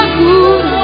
good